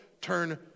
turn